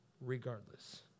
Regardless